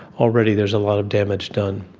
already there is a lot of damage done.